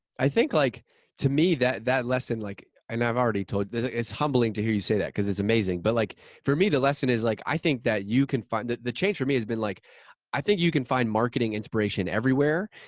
i think, like to me that that lesson, like and i've already told it's humbling to hear you say that, cause it's amazing. but, like for me the lesson is, like i think that you can find the change for me has been like i think you can find marketing inspiration everywhere.